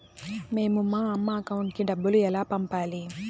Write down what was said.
మేము మా అమ్మ అకౌంట్ కి డబ్బులు ఎలా పంపాలి